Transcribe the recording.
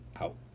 out